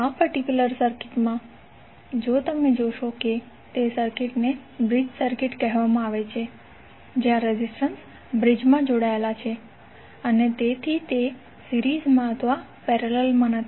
આ પર્ટિક્યુલર સર્કિટમાં જો તમે જોશો તો તે સર્કિટને બ્રિજ સર્કિટ કહેવામાં આવે છે જ્યાં રેઝિસ્ટન્સ બ્રિજમાં જોડાયેલ હોય છે તેથી તે સિરીઝમા અથવા પેરેલલમા નથી